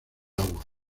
agua